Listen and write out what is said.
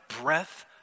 breath